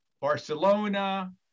Barcelona